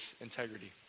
integrity